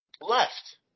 left